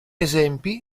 esempi